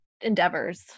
endeavors